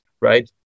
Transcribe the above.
right